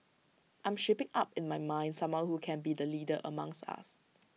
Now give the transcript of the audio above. I am shaping up in my mind someone who can be the leader amongst us